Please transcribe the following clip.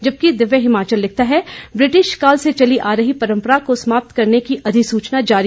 जबकि दिव्य हिमाचल लिखता है ब्रिटिशकाल से चली आ रही परंपरा को समाप्त करने की अधिसूचना जारी